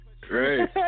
Great